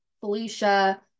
Felicia